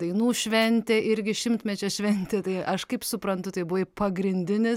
dainų šventė irgi šimtmečio šventė tai aš kaip suprantu tai buvai pagrindinis